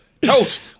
Toast